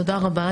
תודה רבה,